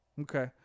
Okay